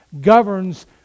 governs